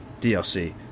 DLC